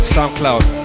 SoundCloud